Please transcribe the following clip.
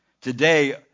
Today